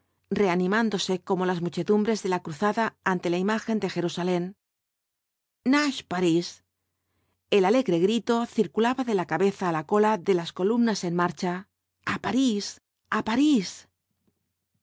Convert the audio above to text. apocalipsis mandos como las muchedumbres de la cruzada ante la imagen de jerusalén nach parís el alegre grito circulaba de la cabeza á la cola de las columnas en marcha a parís a parís